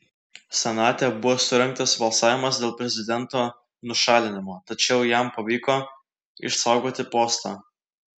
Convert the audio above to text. senate buvo surengtas balsavimas dėl prezidento nušalinimo tačiau jam pavyko išsaugoti postą